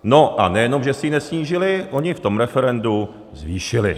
No a nejenom že si ji nesnížili, oni ji v tom referendu zvýšili.